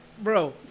Bro